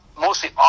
mostly